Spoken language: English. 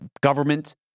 government